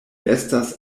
estas